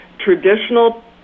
Traditional